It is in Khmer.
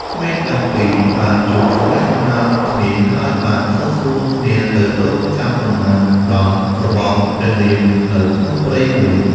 ក្មេងទាំងពីរ បានជួបសំណេះសំណាលគ្នា ហើយបានស្រុះស្រួលគ្នាទៅរង់ចាំដំណើរមកដល់របស់ព្រះរាមនៅក្នុងព្រៃមួយ។